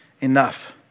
Enough